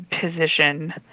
position